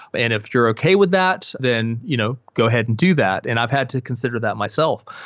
and if you're okay with that, then you know go ahead and do that, and i've had to consider that myself,